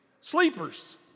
sleepers